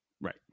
right